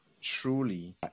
truly